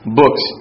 books